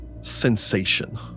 sensation